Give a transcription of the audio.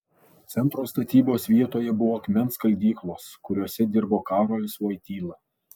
centro statybos vietoje buvo akmens skaldyklos kuriose dirbo karolis vojtyla